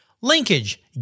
linkage